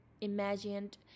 imagined